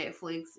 Netflix